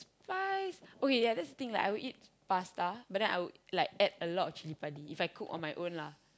fries okay ya that's the thing like I will eat pasta but then I will like add a lot of chilli-padi If I cook on my own lah